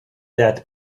that